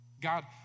God